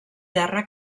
terra